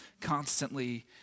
constantly